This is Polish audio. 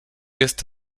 jest